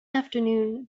afternoon